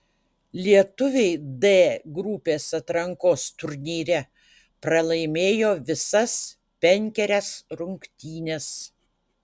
lietuviai d grupės atrankos turnyre pralaimėjo visas penkerias rungtynes